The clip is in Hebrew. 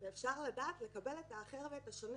ואפשר לדעת לקבל את האחר ואת השונה,